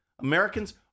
Americans